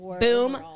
boom